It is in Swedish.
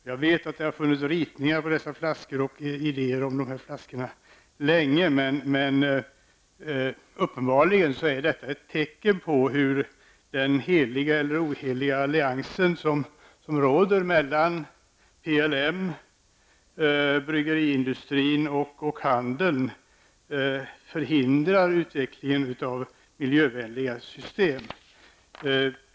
Jag vet att det länge har funnits ritningar på dessa flaskor och idéer om dem, men uppenbarligen är detta ett tecken på hur den heliga eller oheliga alliansen som råder mellan PLM, bryggeriindustrin och handeln förhindrar utvecklingen av miljövänliga system.